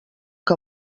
què